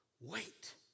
wait